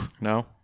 No